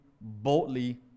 boldly